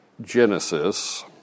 Genesis